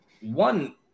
One